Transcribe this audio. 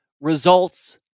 results